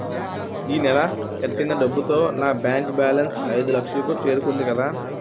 ఈ నెల కట్టిన డబ్బుతో నా బ్యాంకు బేలన్స్ ఐదులక్షలు కు చేరుకుంది కదా